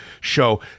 show